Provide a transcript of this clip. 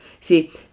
See